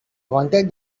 wanted